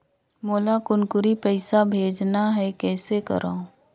मोला कुनकुरी पइसा भेजना हैं, कइसे करो?